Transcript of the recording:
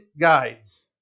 guides